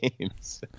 games